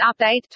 update